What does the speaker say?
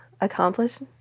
accomplished